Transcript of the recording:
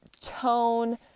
tone